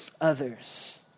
others